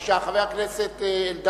מבקש דיון במליאה.